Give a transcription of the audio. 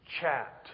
chat